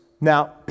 Now